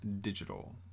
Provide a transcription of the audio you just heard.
digital